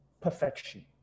perfection